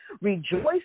Rejoice